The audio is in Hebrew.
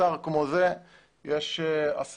אתר כמו זה יש עשרות